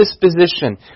disposition